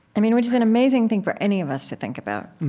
i mean, which is an amazing thing for any of us to think about